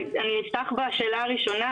אני אפתח בשאלה הראשונה,